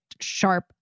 sharp